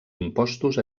impostos